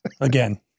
Again